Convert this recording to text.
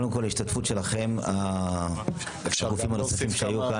ההשתתפות שלכם הגופים הנוספים שהיו כאן,